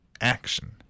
action